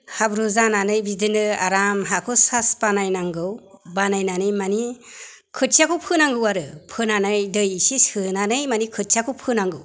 हाब्रु जानानै बिदिनो आराम हाखौ सास बानाय नांगौ बानायनानै माने खोथियाखौ फोनांगौ आरो फोनानै दै एसे सोनानै माने खोथियाखौ फोनांगौ